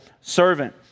servant